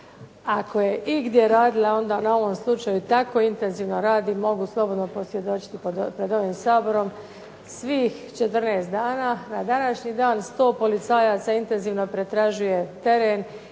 Ako je igdje radila onda na ovom slučaju tako intenzivno radi, mogu slobodno posvjedočiti pred ovim Saborom svih 14 dana. Na današnji dan 100 policajaca intenzivno pretražuje teren